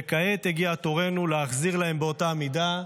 וכעת הגיע תורנו להחזיר להם באותה המידה,